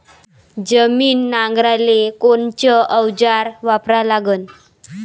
जमीन नांगराले कोनचं अवजार वापरा लागन?